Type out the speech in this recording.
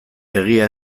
egia